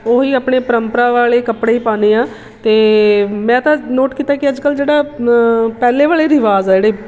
ਉਹੀ ਆਪਣੇ ਪਰੰਪਰਾ ਵਾਲੇ ਕੱਪੜੇ ਹੀ ਪਾਉਂਦੇ ਹਾਂ ਅਤੇ ਮੈਂ ਤਾਂ ਨੋਟ ਕੀਤਾ ਕਿ ਅੱਜ ਕੱਲ ਜਿਹੜਾ ਪਹਿਲੇ ਵਾਲੇ ਰਿਵਾਜ਼ ਆ ਜਿਹੜੇ